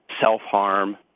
self-harm